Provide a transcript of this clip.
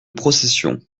procession